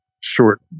short